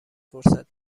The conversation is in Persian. فرصت